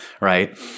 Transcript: right